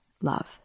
love